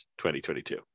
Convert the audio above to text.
2022